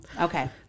Okay